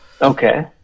Okay